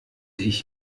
ich